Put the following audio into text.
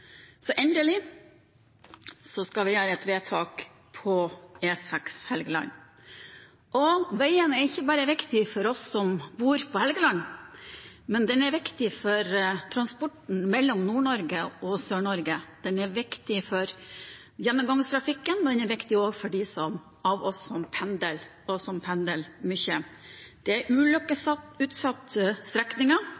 Så endelig skal vi gjøre et vedtak som gjelder E6 Helgeland. Veien er ikke bare viktig for oss som bor på Helgeland, men den er viktig for transporten mellom Nord-Norge og Sør-Norge, den er viktig for gjennomgangstrafikken, og den er viktig også for dem av oss som pendler, og som pendler mye. Det er